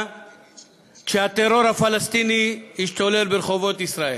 כשהטרור הפלסטיני השתולל ברחובות ישראל,